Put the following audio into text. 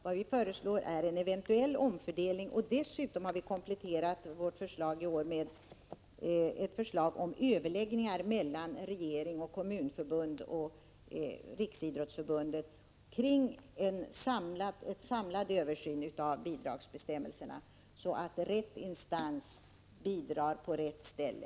Vad vi föreslår är en eventuell omfördelning, och vi har i år kompletterat vår hemställan med ett förslag om överläggningar mellan regeringen, Kommunförbundet och Riksidrottsförbundet rörande en samlad översyn av bidragsbestämmelserna, så att rätt instans bidrar på rätt ställe.